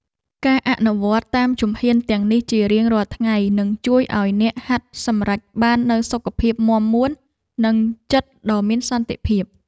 ការអនុវត្តតាមជំហានទាំងនេះជារៀងរាល់ថ្ងៃ នឹងជួយឱ្យអ្នកហាត់សម្រេចបាននូវសុខភាពមាំមួន និងចិត្តដ៏មានសន្តិភាព។